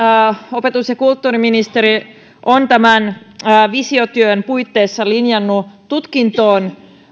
opetus ja kulttuuriministeri on tämän visiotyön puitteissa linjannut tutkintoon